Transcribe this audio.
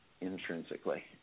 intrinsically